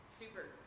super